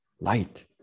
light